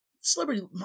celebrity